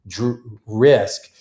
risk